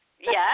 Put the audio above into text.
Yes